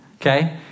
Okay